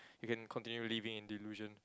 you can continue living in delusion